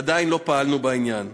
עדיין לא פעלנו בעניין.